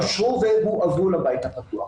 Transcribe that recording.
אושרו והועברו לבית הפתוח.